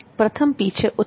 પ્રથમ P છે ઉત્પાદન